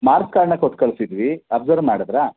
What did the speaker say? marks ಕಾರ್ಡನ್ನ ಕೊಟ್ಟು ಕಳಿಸಿದ್ವಿ ಅಬ್ಸರ್ವ್ ಮಾಡಿದ್ರಾ